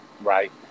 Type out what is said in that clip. Right